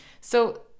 So-